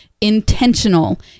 intentional